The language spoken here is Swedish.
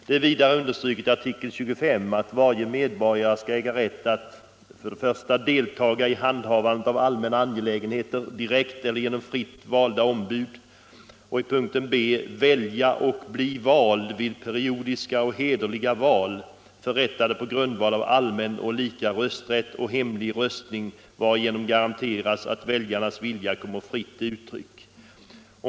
Det understryks vidare i artikel 25 att varje medborgare skall äga rätt att ”a) deltaga i handhavandet av allmänna angelägenheter, direkt eller genom fritt valda ombud; b) välja och bli vald vid periodiska och hederliga val, förrättade på grundval av allmän och lika rösträtt och hemlig röstning, varigenom garanteras att väljarnas vilja kommer fritt till uttryck;”.